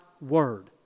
Word